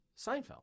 Seinfeld